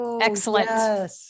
Excellent